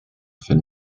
finn